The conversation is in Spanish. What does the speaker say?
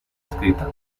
escrita